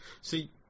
See